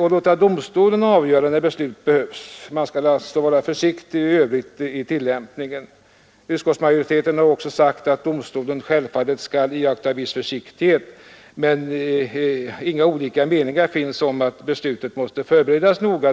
och låta domstolen avgöra när beslut behövs. Man skall även vara försiktig i övrigt vid tillämpningen. Utskottsmajoriteten har också sagt att domstolen självfallet skall iaktta viss försiktighet. Inga olika meningar finns om att beslutet måste förberedas noga.